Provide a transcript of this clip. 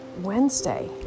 Wednesday